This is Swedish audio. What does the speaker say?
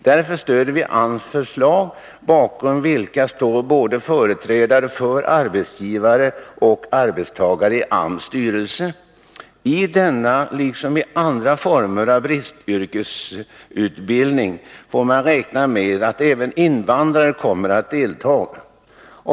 Därför stöder vi AMS förslag, bakom vilka står företrädare för både arbetsgivare och arbetstagare i AMS styrelse. I denna liksom i andra former av bristyrkesutbildning får man räkna med att även invandrare kommer att delta.